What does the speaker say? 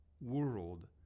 world